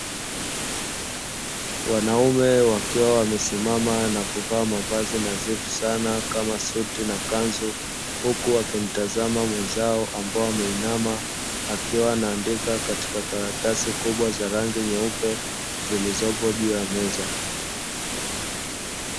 Wanaume wakiwa wamesimama na kuvaa mavazi nadhifu sana kama suti na kanzu, huku wakimtazama mwenzao ambaye ameinama akiwa anaandika katika karatasi kubwa za rangi nyeupe, zilizopo juu ya meza.